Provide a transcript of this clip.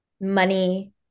money